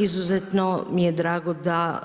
Izuzetno mi je drago da